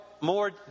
more